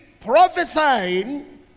prophesying